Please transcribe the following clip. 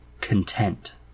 content